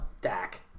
Dak